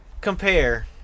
compare